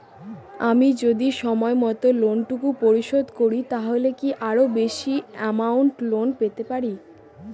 আমি যদি সময় মত লোন টুকু পরিশোধ করি তাহলে কি আরো বেশি আমৌন্ট লোন পেতে পাড়ি?